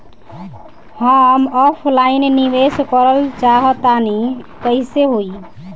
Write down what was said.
हम ऑफलाइन निवेस करलऽ चाह तनि कइसे होई?